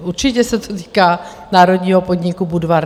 Určitě se to týká národního podniku Budvar.